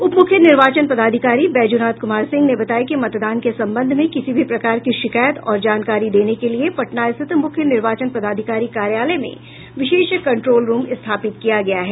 उपमुख्य निर्वाचन पदाधिकारी बैजूनाथ कुमार सिंह ने बताया कि मतदान के संबंध में किसी भी प्रकार की शिकायत और जानकारी देने के लिए पटना स्थित मुख्य निर्वाचन पदाधिकारी कार्यालय में विशेष कंट्रोल रूम स्थापित किया गया है